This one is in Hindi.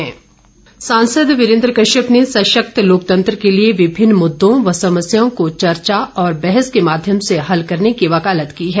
वीरेन्द्र कश्यप सांसद वीरेन्द्र कश्यप ने सशक्त लोकतंत्र के लिए विभिन्न मुद्दों व समस्याओं को चर्चा और बहस के माध्यम से हल करने की वकालत की है